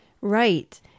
right